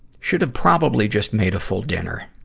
should have probably just made a full dinner.